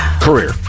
career